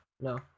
No